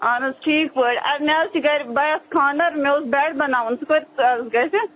اہن حظ ٹھیٖک پٲٹھۍ اَد مےٚ حظ چھِ گَرِ بَیَس خانٛدَر مےٚ اوس بٮ۪ڈ بَناوُن سُہ کۭتِس حظ گژھِ